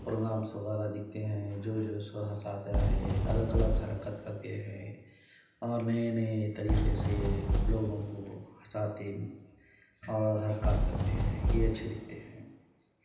programmes وغیرہ دکھتے ہیں جو جو سو ہنساتے ہے الگ الگ حرکت کرتے ہیں اور نئے نئے طریقے سے لوگوں کو ہنساتے اور حرکات کرتے ہیں یہ اچھے دکھتے ہیں